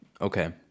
Okay